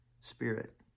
spirit